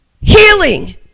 healing